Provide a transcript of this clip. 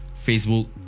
Facebook